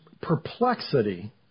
perplexity